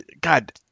God